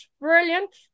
brilliant